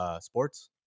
sports